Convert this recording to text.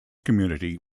community